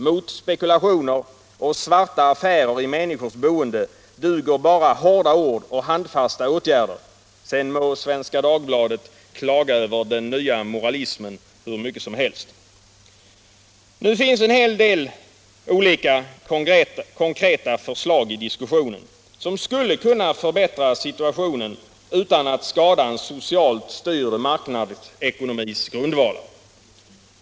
Mot spekulationer och svarta affärer i människors boende duger bara hårda ord och handfasta åtgärder — sedan må Svenska Dagbladet klaga över ”den nya moralismen” hur mycket som helst. Nu finns en hel del olika konkreta förslag i debatten som skulle kunna förbättra situationen utan att skada en socialt styrd marknadsekonomis grundvalar.